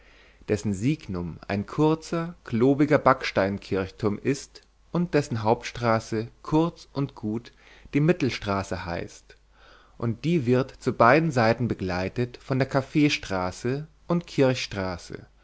dessen signum ein kurzer klobiger backsteinkirchturm ist und dessen hauptstraße kurz und gut die mittelstraße heißt und die wird zu beiden seiten begleitet von der kaffeestraße und kirchstraße